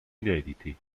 inediti